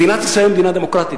מדינת ישראל היא מדינה דמוקרטית,